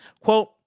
Quote